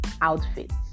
outfits